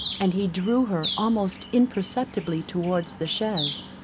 and he drew her almost imperceptibly towards the chaise.